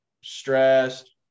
stressed